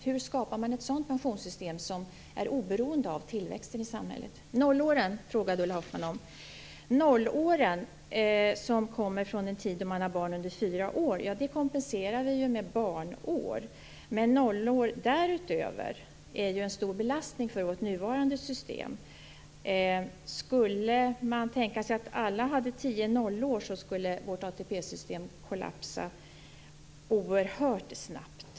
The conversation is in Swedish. Hur skapar man ett sådant pensionssystem som är oberoende av tillväxten i samhället? Ulla Hoffmann frågade om nollåren. Nollåren, som kommer från den tid då man har barn under fyra år, kompenserar vi ju med barnår. Men nollår därutöver är ju en stor belastning för vårt nuvarande system. Skulle man tänka sig att alla hade tio nollår skulle vårt ATP-system kollapsa oerhört snabbt.